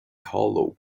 hollow